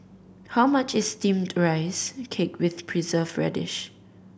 how much is Steamed Rice Cake with Preserved Radish